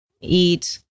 eat